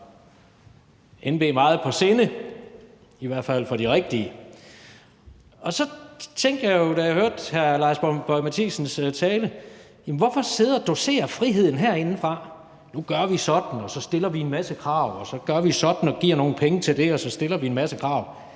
NB meget på sinde, i hvert fald for de rigtige. Og så tænkte jeg jo, da jeg hørte hr. Lars Boje Mathiesens tale: Hvorfor sidde og dosere friheden herindefra ved at sige, at nu gør vi sådan, og så stille en masse krav, ved at give nogle penge til noget og så stille en masse krav